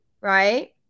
right